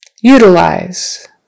Utilize